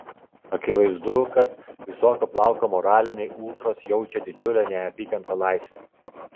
akivaizdu kad visokio plauko moraliniai ultros jaučia didžiulę neapykantą laisvei